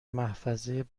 محفظه